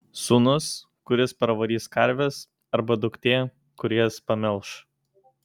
sūnus kuris parvarys karves arba duktė kuri jas pamelš